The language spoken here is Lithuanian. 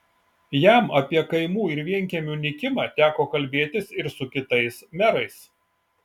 jam apie kaimų ir vienkiemių nykimą teko kalbėtis ir su kitais merais